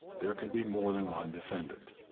there can be more than one defendant.